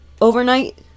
overnight